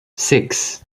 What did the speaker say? six